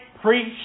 preach